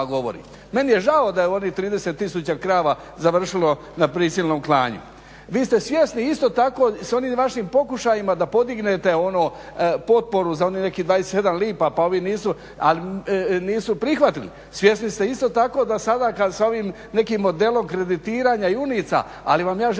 Meni je žao da je ovih 30 tisuća krava završilo na prisilnom klanju. Vi ste svjesni isto tako sa onim vašim pokušajima da podignete ono potporu za onih nekih 27 lipa pa ovi nisu prihvatili, svjesni ste isto tako da sada kad sa ovim nekim modelom kreditiranja junica, ali vam ja želim